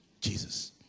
jesus